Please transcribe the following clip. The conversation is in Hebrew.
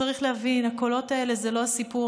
צריך להבין שהקולות האלה הם לא הסיפור,